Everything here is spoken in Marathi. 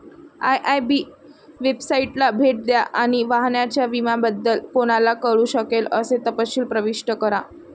आय.आय.बी वेबसाइटला भेट द्या आणि वाहनाच्या विम्याबद्दल कोणाला कळू शकेल असे तपशील प्रविष्ट करा